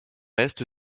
est